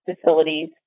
facilities